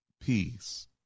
peace